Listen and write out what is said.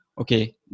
okay